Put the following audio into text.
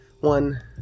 one